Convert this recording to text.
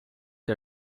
der